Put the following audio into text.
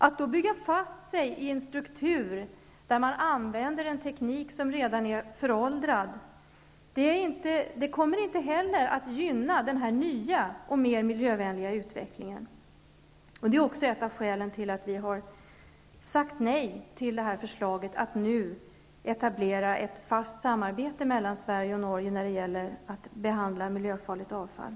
Att nu bygga fast sig i en struktur där man använder en teknik som redan är föråldrad kommer inte heller att gynna den nya och mer miljövänliga utvecklingen. Det är också ett av skälen till att vi i vänsterpartiet har sagt nej till förslaget om att etablera ett fast samarbete mellan Sverige och Norge när det gäller att behandla miljöfarligt avfall.